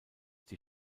die